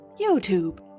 YouTube